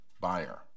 buyer